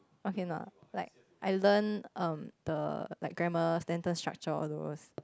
okay not like I learn um the like grammar sentence structure all those